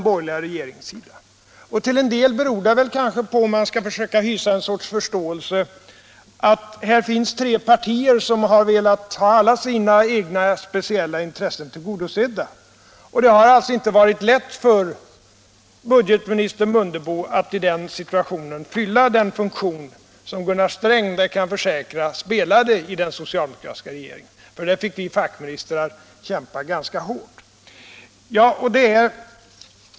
Till en del beror det kanske på - om man skall försöka hysa en sorts förståelse för det — att det här finns tre olika partier, som velat ha alla sina egna speciella intressen tillgodosedda. Det har därför inte varit lätt för budgetminister Mundebo att i den situationen fylla den funktion som Gunnar Sträng — det kan jag försäkra — fyllde i den socialdemokratiska regeringen. Där fick vi fackministrar kämpa ganska hårt.